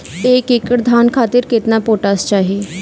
एक एकड़ धान खातिर केतना पोटाश चाही?